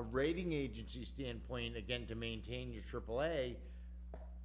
a rating agency stand plain again to maintain your aaa